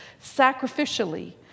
sacrificially